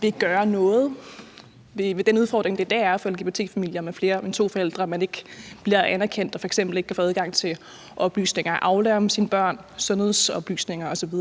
vil gøre noget ved den udfordring, det i dag er for lgbt-familier med flere end to forældre, at man ikke bliver anerkendt og f.eks. ikke kan få adgang til oplysninger på Aula om sine børn og sundhedsoplysninger osv.